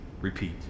repeat